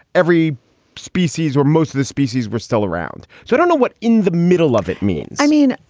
every species or most of the species were still around. so don't know what in the middle of it means i mean,